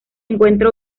encuentra